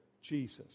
Jesus